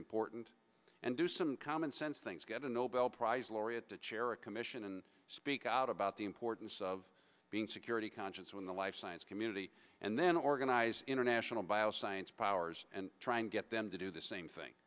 important and do some common sense things get a nobel prize laureate to chair a commission and speak out about the importance of being security conscious when the life science community and then organize international bio science powers and try and get them to do the same thing